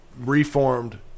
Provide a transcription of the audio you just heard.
reformed